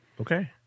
Okay